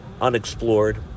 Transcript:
unexplored